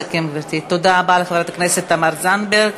תודה רבה לחברת הכנסת תמר זנדברג.